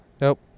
Nope